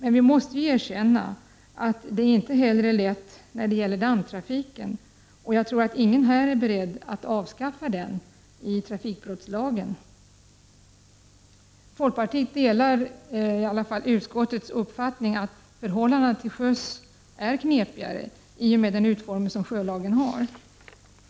Men vi måste ju erkänna att det inte heller är lätt när det gäller landtrafiken, och jag tror inte att någon här är beredd att avskaffa dessa regler i trafikbrottslagen. Folkpartiet delar dock utskottets uppfattning att förhållandena till sjöss är knepigare i och med den utformning som sjölagen har.